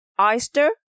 oyster